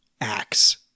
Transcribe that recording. acts